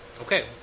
Okay